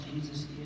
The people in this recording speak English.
Jesus